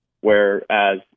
Whereas